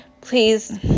Please